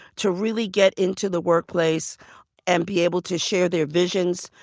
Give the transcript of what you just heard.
to really get into the workplace and be able to share their visions,